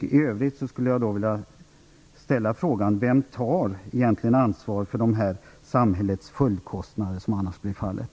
I övrigt skulle jag vilja ställa frågan: Vem tar egentligen ansvar för de samhällets följdkostnader som annars blir fallet?